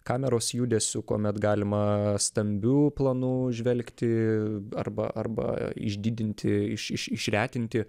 kameros judesiu kuomet galima stambiu planu žvelgti arba arba išdidinti iš iš išretinti